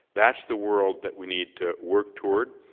that's the world that we need to work toward.